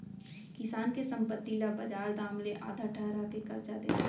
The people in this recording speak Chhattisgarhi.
किसान के संपत्ति ल बजार दाम ले आधा ठहरा के करजा देना